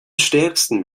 stärksten